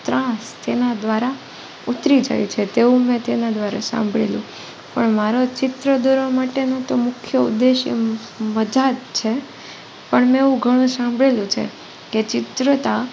ત્રાસ તેના દ્વારા ઉતરી જાય છે તેવું મેં તેના દ્વારા સાંભળેલું પણ મારો ચિત્ર દોરવા માટેનો તો મુખ્ય ઉદ્દેશ એ મજા જ છે પણ મેં એવું ઘણું સાંભળેલું છે કે ચિત્રતા